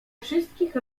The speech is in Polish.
wszystkich